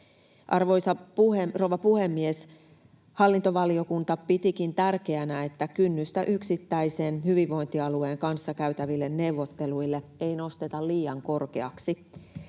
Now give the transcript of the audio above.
Arvoisa rouva puhemies! Hallintovaliokunta piti tärkeänä, että kynnystä yksittäisen hyvinvointialueen kanssa käytäville neuvotteluille ei nosteta liian korkeaksi